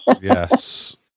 Yes